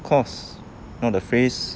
of course you know the phrase